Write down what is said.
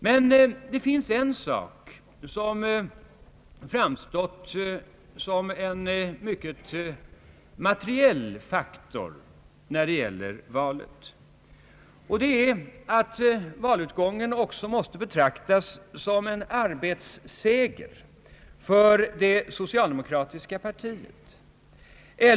Men det finns en sak som framstått som en mycket materiell faktor när det gäller valet som måste betonas, nämligen att valutgången också måste betraktas som en arbetsseger för det socialdemokratiska partiet.